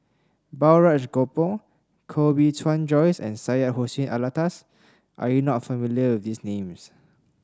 Balraj Gopal Koh Bee Tuan Joyce and Syed Hussein Alatas are you not familiar with these names